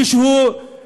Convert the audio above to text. מי שהוא מדען,